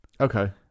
Okay